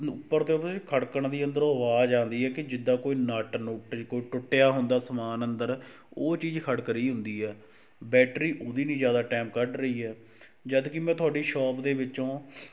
ਉੱਪਰ ਤੋਂ ਉਹਦੇ ਖੜਕਣ ਦੀ ਅੰਦਰੋਂ ਅਵਾਜ਼ ਆਉਂਦੀ ਹੈ ਕਿ ਜਿੱਦਾਂ ਕੋਈ ਨੱਟ ਨੁੱਟ ਜੇ ਕੋਈ ਟੁੱਟਿਆ ਹੁੰਦਾ ਸਮਾਨ ਅੰਦਰ ਉਹ ਚੀਜ਼ ਖੜਕ ਰਹੀਂ ਹੁੰਦੀ ਹੈ ਬੈਟਰੀ ਉਹਦੀ ਨਹੀਂ ਜ਼ਿਆਦਾ ਟੈਮ ਕੱਢ ਰਹੀ ਹੈ ਜਦ ਕਿ ਮੈਂ ਤੁਹਾਡੀ ਸ਼ੋਪ ਦੇ ਵਿੱਚੋਂ